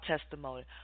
testimony